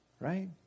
Right